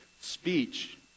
speech